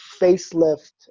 facelift